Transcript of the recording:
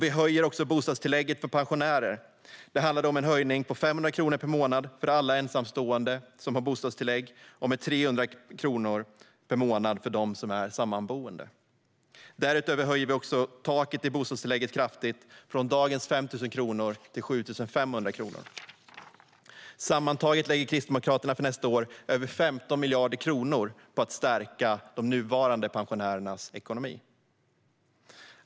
Vi höjer också bostadstillägget för pensionärer. Det handlar om en höjning med 500 kronor per månad för alla ensamstående som har bostadstillägg och med 300 kronor per månad för dem som är sammanboende. Därutöver höjer vi också taket i bostadstillägget kraftigt, från dagens 5 000 kronor till 7 500 kronor. Sammantaget lägger Kristdemokraterna för nästa år över 15 miljarder kronor på att stärka de nuvarande pensionärernas ekonomi.